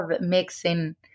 mixing